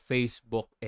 Facebook